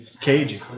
cage